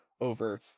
over